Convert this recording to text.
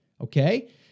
okay